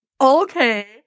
Okay